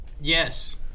Yes